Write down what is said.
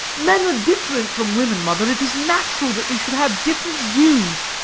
men are different from women, mother. it is natural that they should have different views.